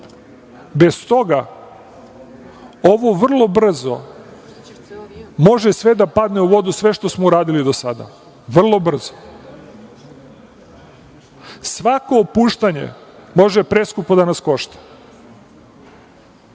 Bez toga ovo vrlo brzo može sve da padne u vodu, sve što smo uradili do sada, vrlo brzo. Svako opuštanje može preskupo da nas košta. Prema